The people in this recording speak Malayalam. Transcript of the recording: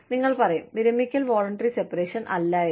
നിങ്ങൾ പറയും വിരമിക്കൽ വോളണ്ടറി സെപറേഷൻ അല്ല എന്ന്